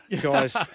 Guys